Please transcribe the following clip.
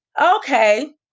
Okay